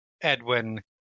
Edwin